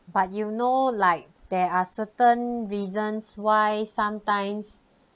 but you know like there are certain reasons why sometimes